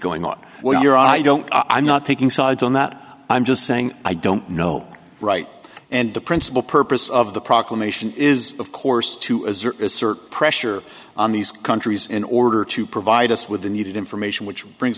going on when you're i don't i'm not taking sides on that i'm just saying i don't know right and the principal purpose of the proclamation is of course to assert assert pressure on these countries in order to provide us with the needed information which brings